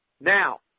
Now